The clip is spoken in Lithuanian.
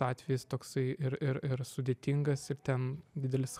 atvejis toksai ir ir ir sudėtingas ir ten didelis